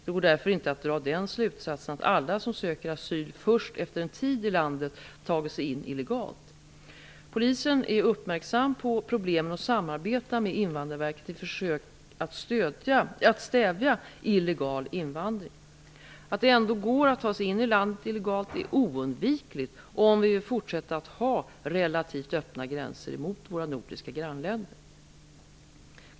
Det går därför inte att dra den slutsatsen att alla som söker asyl först efter en tid i landet tagit sig in illegalt. Polisen är uppmärksam på problemen och samarbetar med Invandrarverket i försök att stävja illegal invandring. Att det ändå går att ta sig in i landet illegalt är oundvikligt om vi vill fortsätta att ha relativt öppna gränser mot våra nordiska grannländer.